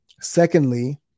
Secondly